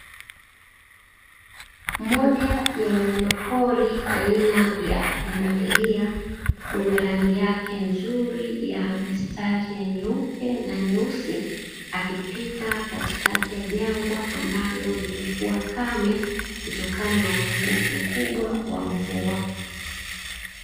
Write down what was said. Moja ya wanyama pori aina ya pundamilia mwenye rangi yake nzuri ya mistari ya nyeupe na nyeusi akipita katikati ya jangwa, ambalo limekuwa kame kutokana na upungufu mkubwa wa mvua.